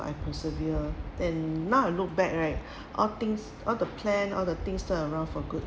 I persevere and now I look back right all things all the plans all the things turned around for good